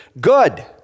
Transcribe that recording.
good